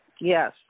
Yes